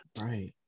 right